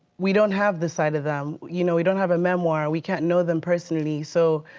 we don't have the side of them. you know we don't have a memoir. we can't know them personally. so,